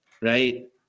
right